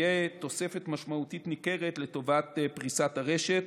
תהיה תוספת משמעותית, ניכרת, לטובת פריסת הרשת